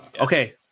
Okay